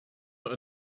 that